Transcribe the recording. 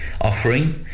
offering